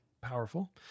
powerful